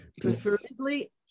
preferably